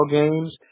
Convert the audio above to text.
games